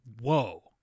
Whoa